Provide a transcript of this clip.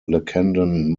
lacandon